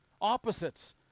Opposites